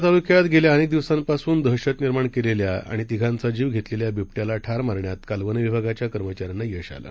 करमाळातालुक्यातगेल्याअनेकदिवसांपासूनदहशतनिर्माणकेलेल्याआणितिघांचाजीवघेतलेल्याबिबट्यालाठारमारण्यातकालवन विभागाच्याकर्मचाऱ्यांनायशआलं